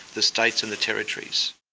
the states and the territories.